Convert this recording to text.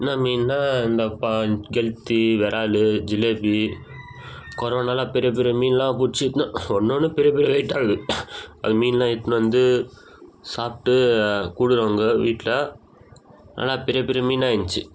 என்ன மீனா இந்த பான் கெளுத்தி விறாலு ஜிலேபி கொரவை நல்லா பெரிய பெரிய மீனெலாம் பிடிச்சி இட்டுன்னு ஒன்னொன்று பெரிய பெரிய வெயிட்டாக இருக்குது அது மீனெலாம் இட்டுன்னு வந்து சாப்பிட்டு கொடு அங்கே வீட்டில் நல்லா பெரிய பெரிய மீனாக இருந்துச்சி